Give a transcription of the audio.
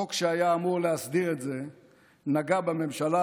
חוק שהיה אמור להסדיר את זה נגע בממשלה,